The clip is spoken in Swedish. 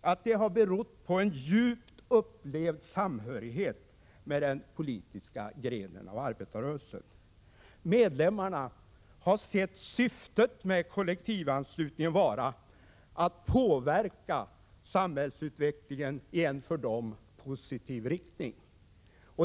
att det har berott på en djupt upplevd samhörighet med den politiska grenen av arbetarrörelsen. Medlemmarna har sett syftet med kollektivanslutningen vara att ge dem möjlighet att påverka samhällsutvecklingen i en för dem positiv riktning.